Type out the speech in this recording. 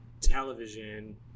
television